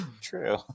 true